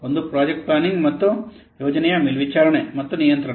ಒಂದು project planning ಮತ್ತು ಯೋಜನೆಯ ಮೇಲ್ವಿಚಾರಣೆ ಮತ್ತು ನಿಯಂತ್ರಣ